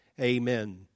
Amen